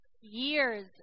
years